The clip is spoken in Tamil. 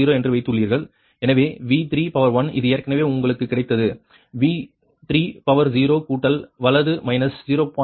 என்று வைத்துள்ளீர்கள் எனவே V31 இது ஏற்கனவே உங்களுக்கு கிடைத்தது V30 கூட்டல் வலது மைனஸ் 0